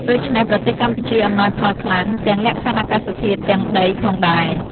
ដូច្នេះ ប្រទេសកម្ពុជាអំណោយផលខ្លាំង ទាំងលក្ខខណ្ឌអាកាសធាតុ ទាំងដី ផងដែរ ។